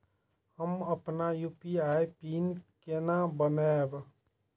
हम अपन UPI PIN केना बनैब?